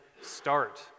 start